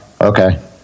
okay